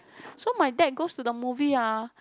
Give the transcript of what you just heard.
so my dad goes to the movie ah